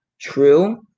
true